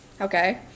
Okay